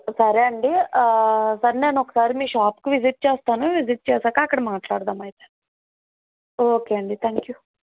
సరే అండి సార్ నేను ఒకసారి మీ షాప్కి విజిట్ చేస్తాను విజిట్ చేసాక అక్కడ మాట్లాడుదాము అయితే ఓకే అండి థ్యాంక్ యూ